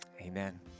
Amen